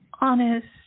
honest